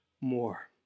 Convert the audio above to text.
more